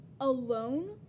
alone